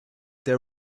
there